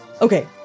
Okay